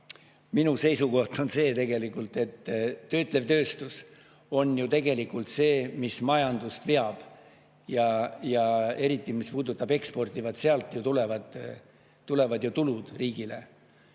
minu seisukoht on see, et töötlev tööstus on ju tegelikult see, mis majandust veab, eriti, mis puudutab eksporti. Sealt tulevad ju tulud riigile.